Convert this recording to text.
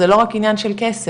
זה לא רק עניין של כסף,